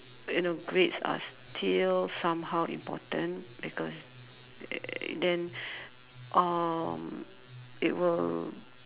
you know grades are still somehow important because then um it will